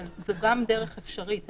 זאת גם דרך אפשרית.